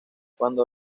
cuando